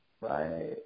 Right